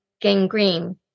gangrene